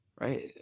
right